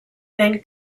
than